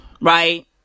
right